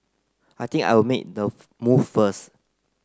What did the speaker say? I think I'll make the move first